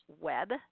web